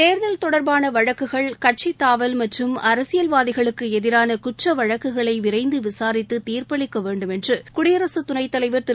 தேர்தல் தொடர்பான வழக்குகள் கட்சித்தாவல் மற்றும் அரசியல்வாதிகளுக்கு எதிரான குற்ற வழக்குகளை விரைந்து விசாரித்து தீர்ப்பளிக்க வேண்டும் என்று குடியரசுத் துணைத்தலைவர் திரு